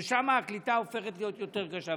שם הקליטה הופכת להיות יותר קשה.